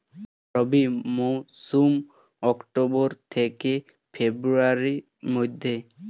রবি মৌসুম অক্টোবর থেকে ফেব্রুয়ারির মধ্যে